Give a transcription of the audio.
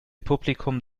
publikum